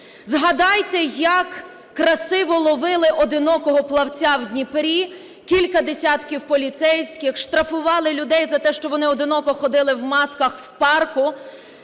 Згадайте, як красиво ловили одинокого плавця в Дніпрі кілька десятків поліцейських, штрафували людей за те, що вони одиноко ходили в масках в парку.